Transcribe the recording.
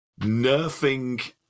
nerfing